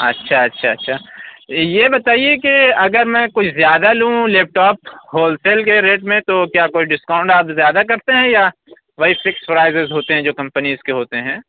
اچھا اچھا اچھا یہ بتائیے کہ اگر میں کچھ زیادہ لوں لیپ ٹاپ ہول سیل کے ریٹ میں تو کیا کوئی ڈسکاؤںٹ آپ زیادہ کرتے ہیں یا وہی فکس پرائزیز ہوتے ہیں جو کمپنیز کے ہوتے ہیں